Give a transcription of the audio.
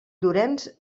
llorenç